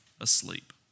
asleep